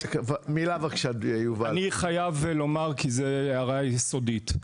אני חייב לומר כי זו הערה יסודית.